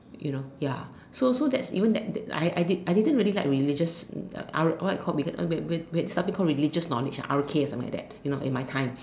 you know ya so so that's even that I I didn't really like religious uh R what do you call religious knowledge ah R_K or something like that